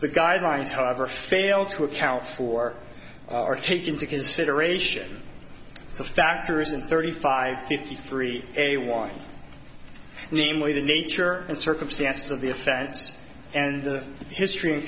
the guidelines however fail to account for or take into consideration the factors and thirty five fifty three a one namely the nature and circumstances of the offense and the history